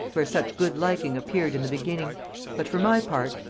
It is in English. where such good liking appeared in the beginning but, for my part,